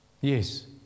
Yes